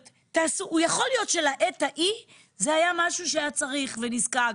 יכול להיות שלעת ההיא זה היה משהו שהיה צריך ונזקק,